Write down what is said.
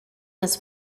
was